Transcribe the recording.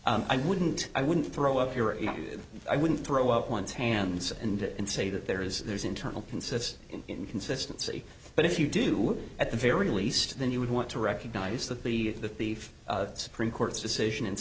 effect i wouldn't i wouldn't throw up your i wouldn't throw up one's hands and say that there is there's internal consists in consistency but if you do at the very least then you would want to recognise that the beef supreme court's decision